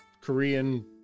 Korean